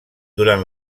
durant